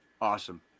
Awesome